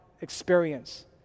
experience